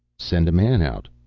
send a man out.